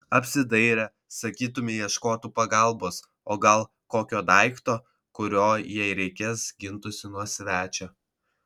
apsidairė sakytumei ieškotų pagalbos o gal kokio daikto kuriuo jei reikės gintųsi nuo svečio